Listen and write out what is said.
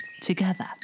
together